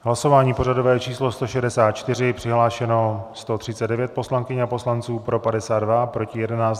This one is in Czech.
Hlasování pořadové číslo 164, přihlášeno 139 poslankyň a poslanců, pro 52, proti 11.